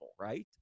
right